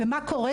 ומה קורה?